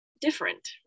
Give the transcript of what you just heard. different